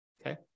Okay